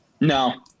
No